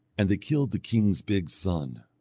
and they killed the king's big son.